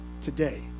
today